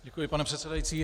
Děkuji, pane předsedající.